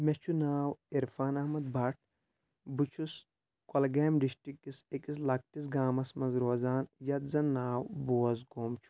مےٚ چھُ ناو عِرفان احمد بٹ بہٕ چھُس کۄلگامہِ ڈسٹرک کِس أکِس لکٹِس گامَس منٛز روزان یَتھ زَن ناو بوزگوم چھُ